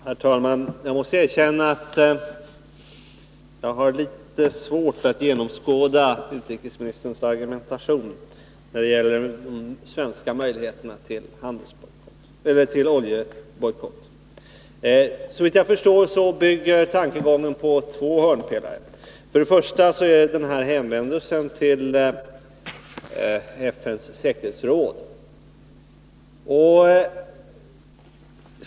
Herr talman! Jag måste erkänna att jag har litet svårt att genomskåda utrikesministerns argumentation då det gäller de svenska möjligheterna att genomföra en oljebojkott. Såvitt jag förstår bygger grundtanken på två saker. Först gäller det hänvändelsen till FN:s säkerhetsråd.